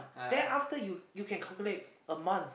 then after you you can calculate a month